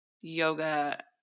yoga